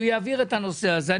הוא יעביר את הנושא הזה,